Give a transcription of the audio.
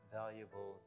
valuable